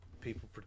people